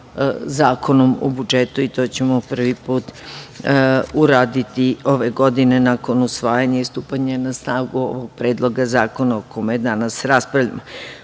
Zakonom o budžetu i to ćemo prvi put uraditi ove godina nakon usvajanja i stupanja na snagu Predloga zakona o kome danas raspravljamo. Podsetiću